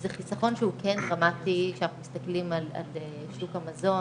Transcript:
זה חיסכון שהוא דרמטי כשאנחנו מסתכלים על שוק המזון,